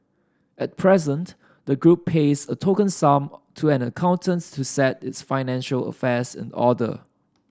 at present the group pays a token sum to an accountants to set its financial affairs in order